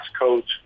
codes